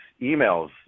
emails